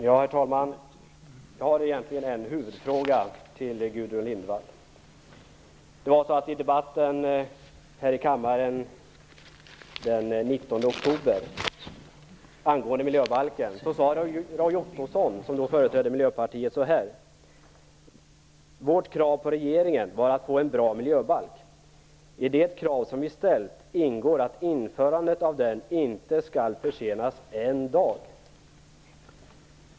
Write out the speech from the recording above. Herr talman! Jag har egentligen en huvudfråga till I debatten här i kammaren den 19 oktober angående miljöbalken sade Roy Ottosson, som då företrädde Miljöpartiet, så här: "Vårt krav på regeringen var att få en bra miljöbalk. I det krav som vi ställt ingår att införandet av den inte skall försenas en dag."